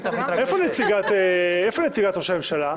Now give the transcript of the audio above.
איפה נציגת ראש הממשלה?